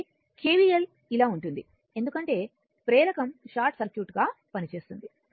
కాబట్టి కెవిఎల్ ఇలా ఉంటుంది ఎందుకంటే ప్రేరకం షార్ట్ సర్క్యూట్గా పనిచేస్తుంది